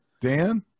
Dan